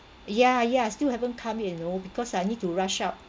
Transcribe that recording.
ya ya still haven't come yet you know because I need to rush out